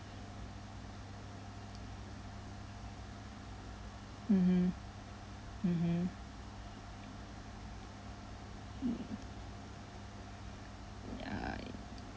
mmhmm mmhmm mm ya